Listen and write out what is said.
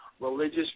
religious